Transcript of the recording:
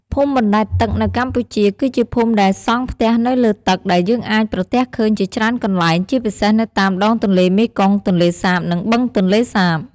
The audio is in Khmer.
ភូមិបណ្ដែតទឹកនៅកម្ពុជា គឺជាភូមិដែលសង់ផ្ទះនៅលើទឹក ដែលយើងអាចប្រទះឃើញជាច្រើនកន្លែង ជាពិសេសនៅតាមដងទន្លេមេគង្គ ទន្លេសាប និងបឹងទន្លេសាប។